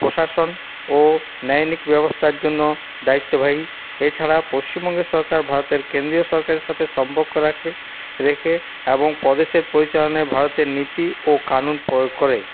প্রশাসন ও ন্যায়নিক ব্যবস্থার জন্য দায়িত্ববাহী এছাড়া পশ্চিমবঙ্গের সরকার ভারতের কেন্দ্রীয় সরকারের সাথে সম্পর্ক রাখে রেখে এবং প্রদেশের পরিচালনাই ভারতের নীতি ও কানুন প্রয়োগ করে